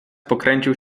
pokręcił